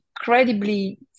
incredibly